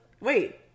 wait